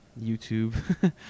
YouTube